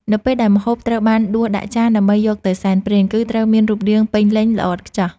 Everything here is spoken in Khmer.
នៅពេលដែលម្ហូបត្រូវបានដួសដាក់ចានដើម្បីយកទៅសែនព្រេន គឺត្រូវមានរូបរាងពេញលេញល្អឥតខ្ចោះ។